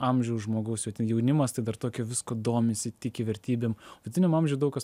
amžiaus žmogaus jaunimas tai dar tokie viskuo domisi tiki vertybėm vidutiniam amžiuj daug kas